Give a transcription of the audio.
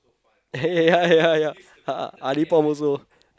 ya ya ya Ali-Pom also